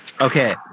Okay